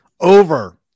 over